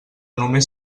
només